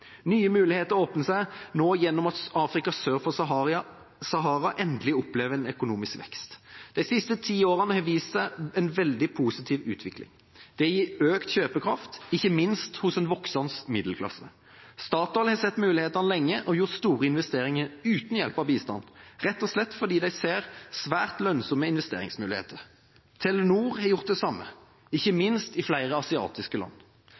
Nye muligheter åpner seg nå gjennom at Afrika sør for Sahara endelig opplever økonomisk vekst. De siste ti åra har vist en veldig positiv utvikling. Det gir økt kjøpekraft, ikke minst hos en voksende middelklasse. Statoil har sett mulighetene lenge og gjort store investeringer uten hjelp av bistand, rett og slett fordi de ser svært lønnsomme investeringsmuligheter. Telenor har gjort det samme, ikke minst i flere asiatiske land.